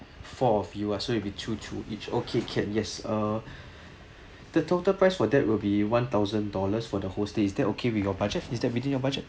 four of you uh so it'll be two two each okay can yes uh the total price for that will be one thousand dollars for the hostel is that okay with your budget is that within your budget